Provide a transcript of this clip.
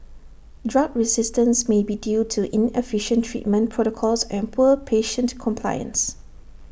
drug resistance may be due to inefficient treatment protocols and poor patient compliance